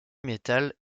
metal